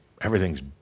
everything's